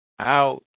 out